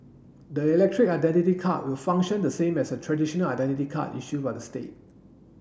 the electronic identity card will function the same as a traditional identity card issued by the state